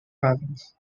province